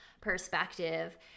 perspective